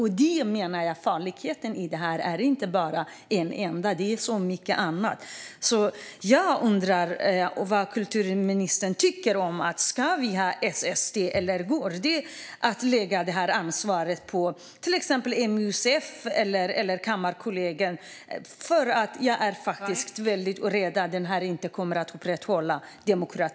Jag menar att det finns inte bara en enda farlighet med detta utan också mycket annat. Jag undrar vad kulturministern tycker - ska vi ha SST eller går det att lägga detta ansvar på till exempel MUCF eller Kammarkollegiet? Jag är väldigt rädd att demokratin inte kommer att upprätthållas.